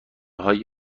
های